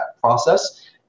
process